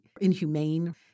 inhumane